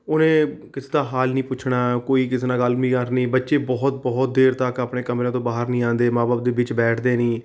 ਉਹਨੇ ਕਿਸੇ ਦਾ ਹਾਲ ਨਹੀਂ ਪੁੱਛਣਾ ਕੋਈ ਕਿਸੇ ਨਾਲ ਗੱਲ ਨਹੀਂ ਕਰਨੀ ਬੱਚੇ ਬਹੁਤ ਬਹੁਤ ਦੇਰ ਤੱਕ ਆਪਣੇ ਕਮਰਿਆਂ ਤੋਂ ਬਾਹਰ ਨਹੀਂ ਆਉਂਦੇ ਮਾਂ ਬਾਪ ਦੇ ਵਿੱਚ ਬੈਠਦੇ ਨਹੀਂ